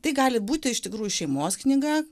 tai gali būti iš tikrųjų šeimos knyga